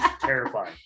terrified